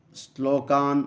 श्लोकान्